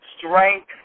strength